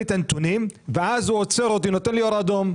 את הנתונים ואז הוא עוצר אותי ונותן לו אור אדום.